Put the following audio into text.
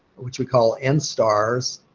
which we call instars,